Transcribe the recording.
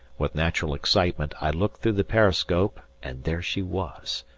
with natural excitement i looked through the periscope and there she was,